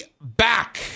back